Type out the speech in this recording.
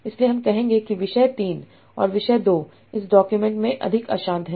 इसलिए हम कहेंगे कि विषय 3 और विषय 2 इस डॉक्यूमेंट्स में अधिक अशांत हैं